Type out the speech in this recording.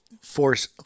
Force